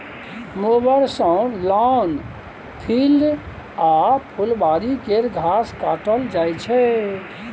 mower सँ lawn, field आ फुलबारी केर घास काटल जाइ छै